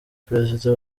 perezida